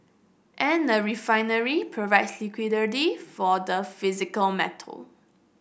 and a refinery provides liquidity for the physical metal